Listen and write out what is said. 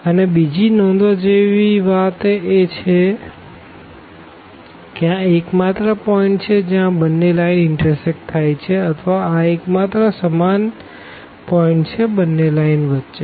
અને બીજી નોંધવા જેવી વાત છે કે આ એકમાત્ર પોઈન્ટ છે જ્યાં આ બંને લાઈન ઇનટરસેકટ થાય છે અથવા આ એકમાત્ર સમાન પોઈન્ટ છે બંને લાઈન વચ્ચે